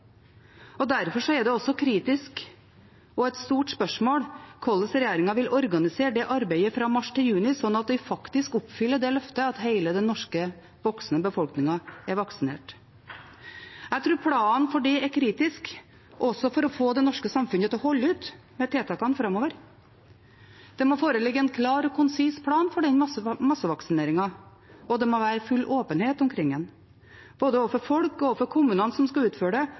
Derfor er det også kritisk, og et stort spørsmål, hvordan regjeringen vil organisere det arbeidet fra mars til juni, slik at vi faktisk oppfyller det løftet, at hele den voksne befolkningen i Norge er vaksinert. Jeg tror at planen for det er kritisk, og også for å få det norske samfunnet til å holde ut med tiltakene framover. Det må foreligge en klar og konsis plan for den massevaksineringen, og det må være full åpenhet omkring den, både overfor folk og overfor kommunene som skal utføre